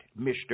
Mr